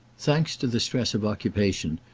thanks to the stress of occupation,